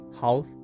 house